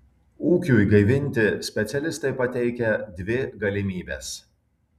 ūkiui gaivinti specialistai pateikia dvi galimybes